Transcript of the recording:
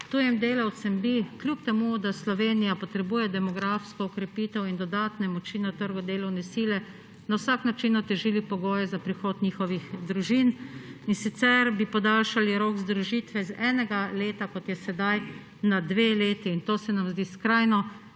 Tujim delavcem bi, čeprav Slovenija potrebuje demografsko okrepitev in dodatne moči na trgu delovne sile, na vsak način otežili pogoje za prihod njihovih družin, in sicer bi podaljšali rok združitve z enega leta, kot je sedaj, na dve leti. To se nam zdi skrajno